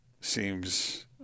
seems